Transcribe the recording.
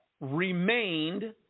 remained